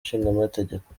nshingamategeko